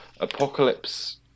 Apocalypse